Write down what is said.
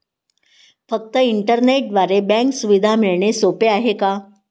फक्त इंटरनेटद्वारे बँक सुविधा मिळणे सोपे आहे का?